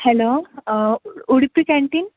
hello Udupi canteen